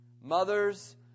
mothers